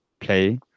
play